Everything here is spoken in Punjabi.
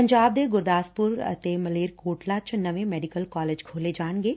ਪੰਜਾਬ ਦੇ ਗੁਰਦਾਸਪੁਰ ਤੇ ਮਲੇਰਕੋਟਲਾ ਚ ਨਵੇ ਮੈਡੀਕਲ ਕਾਲਜ ਖੋਲ੍ਹੇ ਜਾਣਗੇ